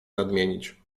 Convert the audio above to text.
nadmienić